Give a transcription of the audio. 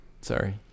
sorry